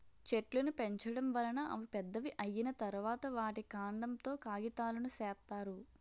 చెట్లును పెంచడం వలన అవి పెద్దవి అయ్యిన తరువాత, వాటి కాండం తో కాగితాలును సేత్తారు